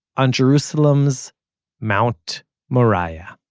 on jerusalem's mount moriah